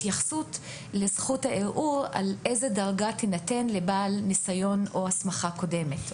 התייחסות לזכות הערעור על איזו דרגה תינתן לבעל ניסיון או הסמכה קודמת.